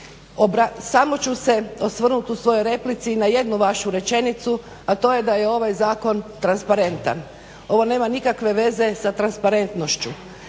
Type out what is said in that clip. Samo ću se osvrnuti u svojoj replici na jednu vašu rečenicu, a to je da je ovaj Zakon transparentan. Ovo nema nikakve veze sa transparentnošću.